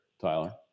Tyler